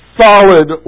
solid